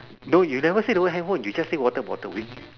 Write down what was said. no you never say the word handhold you just say water bottle with